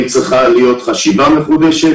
אם צריכה להיות חשיבה מחודשת,